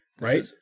Right